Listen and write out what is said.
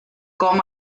com